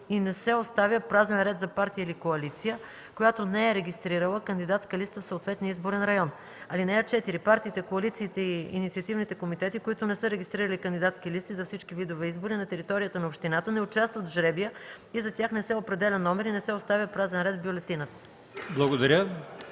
и не се оставя празен ред за партия или коалиция, която не е регистрирала кандидатска листа в съответния изборен район. (4) Партиите, коалициите и инициативните комитети, които не са регистрирали кандидатски листи за всички видове избори на територията на общината, не участват в жребия и за тях не се определя номер и не се оставя празен ред в бюлетината.”